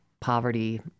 poverty